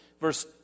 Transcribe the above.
verse